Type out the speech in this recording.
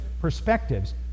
perspectives